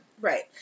Right